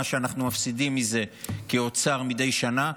מה שאנחנו מפסידים מזה כאוצר מדי שנה,